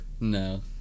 No